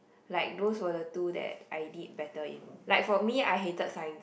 like those were the two that I did better in like for me I hated Science